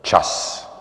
Čas.